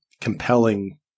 compelling